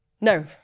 no